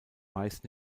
meist